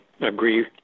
agree